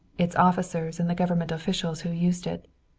its officers and the government officials who used it.